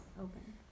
open